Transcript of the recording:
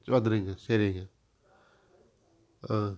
வந்துருங்க சரிங்க ஆ